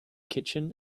kitchen